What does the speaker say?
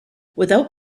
without